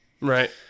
right